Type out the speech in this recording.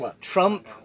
Trump